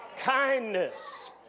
kindness